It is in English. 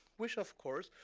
which, of course,